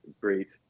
great